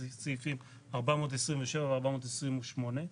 אלה סעיפים 427 ו-428,